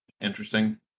interesting